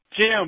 Jim